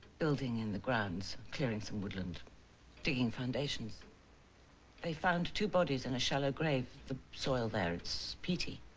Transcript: building in the grounds clearing some woodland digging foundations they found two bodies in a shallow grave. the soil there it's peaty.